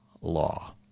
law